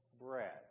bread